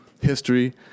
history